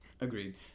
agreed